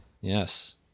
Yes